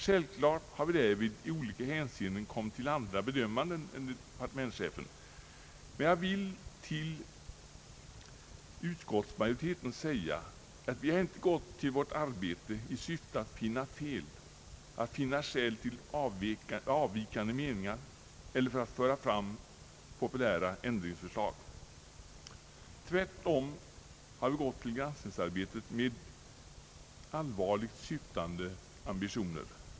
Självklart har vi därvid i olika hänseenden kommit till andra bedömanden än departementschefen, men jag vill till utskottsmajoriteten säga att vi inte gått till vårt arbete i syfte att finna fel och finna skäl till avvikande meningar eller anledningar till att föra fram populära ändringsförslag. Tvärtom har vi gått till granskningsarbetet med allvarligt syftande ambitioner.